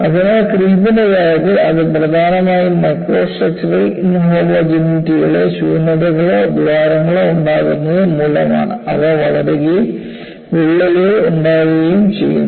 അതിനാൽ ക്രീപ്പിന്റെ കാര്യത്തിൽ ഇത് പ്രധാനമായും മൈക്രോസ്ട്രക്ചറൽ ഇൻഹോമോജെനിറ്റികളിലെ ശൂന്യതകളോ ദ്വാരങ്ങളോ ഉണ്ടാവുന്നത് മൂലമാണ് അവ വളരുകയും വിള്ളലുകൾ ഉണ്ടാകുകയും ചെയ്യുന്നു